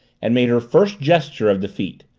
and made her first gesture of defeat.